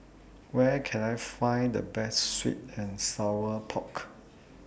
Where Can I Find The Best Sweet and Sour Pork